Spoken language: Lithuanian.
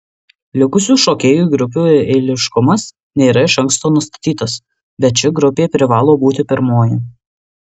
likusių šokėjų grupių eiliškumas nėra iš anksto nustatytas bet ši grupė privalo būti pirmoji